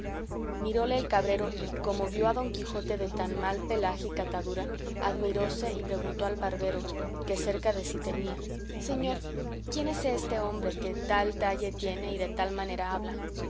miróle el cabrero y como vio a don quijote de tan mal pelaje y catadura admiróse y preguntó al barbero que cerca de sí tenía señor quién es este hombre que tal talle tiene y de tal manera habla